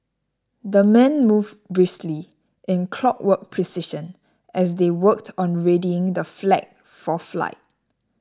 the men moved briskly in clockwork precision as they worked on readying the flag for flight